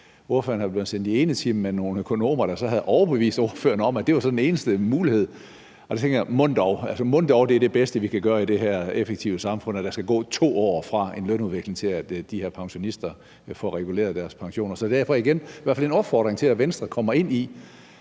var blevet sendt i enetime med nogle økonomer, der så havde overbevist hende om, at det var den eneste mulighed. Der tænker jeg: Mon dog? Mon dog det bedste, vi kan gøre i det her effektive samfund, er, at der skal gå 2 år, fra at der sker en lønudvikling, til at de her pensionister får reguleret deres pension. Derfor vil jeg igen komme med en opfordring til, at Venstre kommer ind i